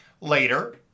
Later